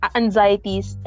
anxieties